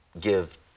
give